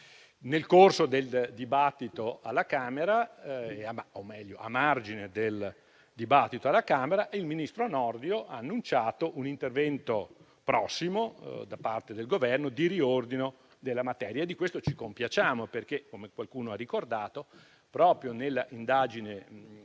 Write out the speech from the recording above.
Nel corso del dibattito alla Camera, o meglio a margine del dibattito alla Camera, il ministro Nordio ha annunciato un intervento prossimo da parte del Governo di riordino della materia. E di questo ci compiacciamo perché - come qualcuno ha ricordato - nell'indagine conoscitiva